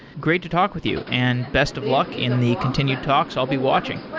great to talk with you, and best of luck in the continued talks. i'll be watching.